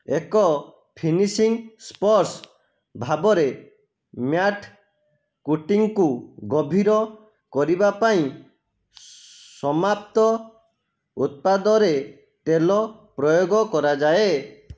ଏକ ଫିନିସିଂ ସ୍ପର୍ଶ ଭାବରେ ମ୍ୟାଟ୍ କୋଟିଂକୁ ଗଭୀର କରିବା ପାଇଁ ସମାପ୍ତ ଉତ୍ପାଦରେ ତେଲ ପ୍ରୟୋଗ କରାଯାଏ